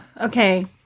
okay